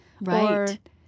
Right